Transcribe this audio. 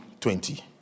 20